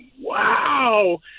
wow